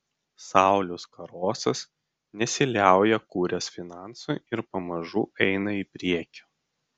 saulius karosas nesiliauja kūręs finansų ir pamažu eina į priekį